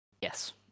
Yes